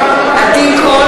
(קוראת בשמות חברי הכנסת) עדי קול,